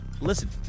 Listen